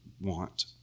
want